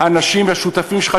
השותפים שלך,